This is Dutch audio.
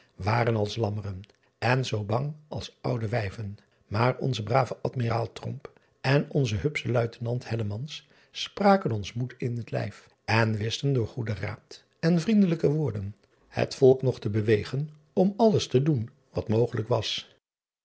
waren als lammeren en zoo bang als oude wijven maar onze brave dmiraal en onze hupsche uitenant spraken ons moed in het lijf en wisten door goeden raad en vriendelijke woorden het volk nog te bewegen om alles te doen wat mogelijk was